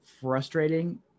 frustrating